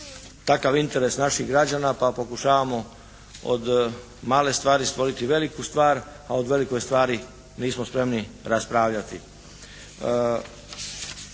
takav interes naših građana pa pokušavamo od male stvari stvoriti veliku stvar, a od velike stvari nismo spremni raspravljati.